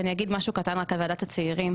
אני אגיד משהו קטן על ועדת הצעירים.